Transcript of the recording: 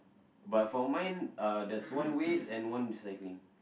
but for mine uh there's one waste and one recycling